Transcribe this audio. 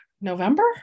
November